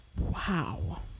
Wow